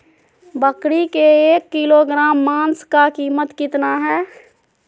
बकरी के एक किलोग्राम मांस का कीमत कितना है?